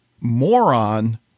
moron